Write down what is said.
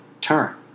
turn